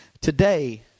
today